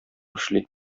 эшли